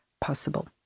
possible